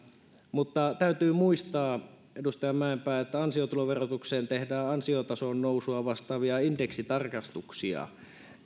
mutta täytyy muistaa edustaja mäenpää että ansiotuloverotukseen tehdään ansiotason nousua vastaavia indeksitarkistuksia